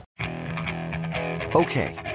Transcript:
okay